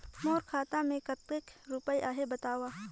मोर खाता मे कतेक रुपिया आहे बताव?